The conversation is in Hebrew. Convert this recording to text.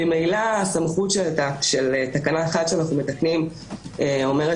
ממילא הסמכות של תקנה 1 שאנו מתקנים אומרת